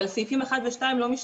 אבל סעיפים 1 ו-2 לא משתנים.